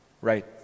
Right